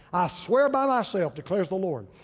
ah swear by myself, declares the lord,